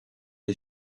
les